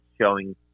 showing